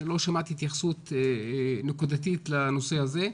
לא שמעתי התייחסות נקודתית לנושא הזה.